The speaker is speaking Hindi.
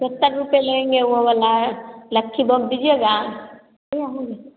सत्तर रुपए लेंगे वो वाला है लक्खीभोग दीजिएगा